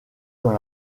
dans